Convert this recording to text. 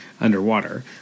underwater